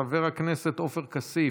חבר הכנסת עופר כסיף,